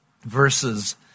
verses